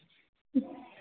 ಹಾಂ ಹಲೋ ಹೇಳಿ ರೀ